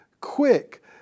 quick